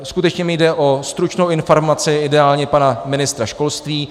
Skutečně mi jde o stručnou informaci ideálně pana ministra školství.